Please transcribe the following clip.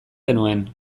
genuen